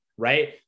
Right